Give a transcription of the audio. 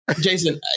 Jason